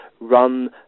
run